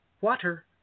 water